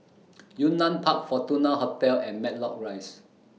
Yunnan Park Fortuna Hotel and Matlock Rise